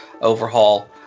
overhaul